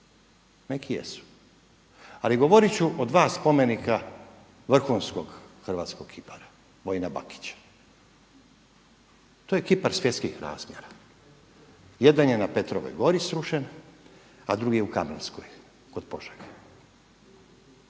neki jesu. Ali govorit ću o dva spomenika vrhunskog hrvatskog kipara Vojina Bakića. To je kipar svjetskih razmjera. Jedan je na Petrovoj gori srušen, a drugi je u Kamenskoj kod Požege.